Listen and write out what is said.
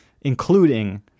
including